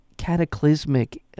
cataclysmic